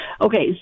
Okay